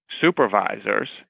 supervisors